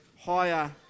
higher